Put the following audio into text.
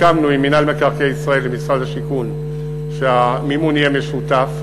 סיכמנו עם מינהל מקרקעי ישראל ומשרד השיכון שהמימון יהיה משותף,